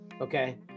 Okay